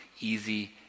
easy